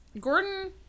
Gordon